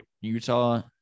Utah